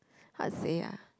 how to say ah